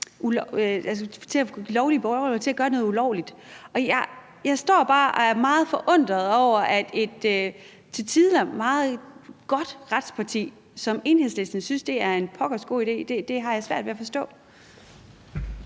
til at gøre noget ulovligt. Jeg står bare og er meget forundret over, at et til tider meget godt retsparti som Enhedslisten synes, at det er en pokkers god idé. Det har jeg svært ved at forstå.